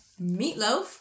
Meatloaf